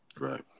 Right